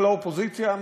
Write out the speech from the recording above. כל האופוזיציה,